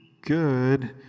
good